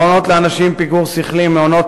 המעונות לאנשים עם פיגור שכלי הם מעונות